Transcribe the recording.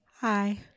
Hi